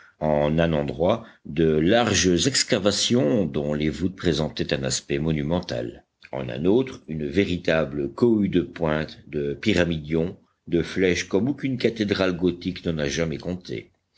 en un endroit de larges excavations dont les voûtes présentaient un aspect monumental en un autre une véritable cohue de pointes de pyramidions de flèches comme aucune cathédrale gothique n'en a jamais compté